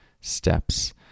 steps